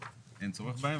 אז אין צורך בהן.